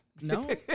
No